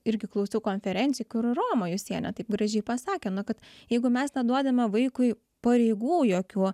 irgi klausiau konferencijo kur roma jusienė taip gražiai pasakė na kad jeigu mes neduodame vaikui pareigų jokių